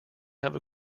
have